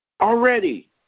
Already